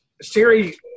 Siri